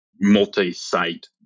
multi-site